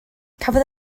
cafodd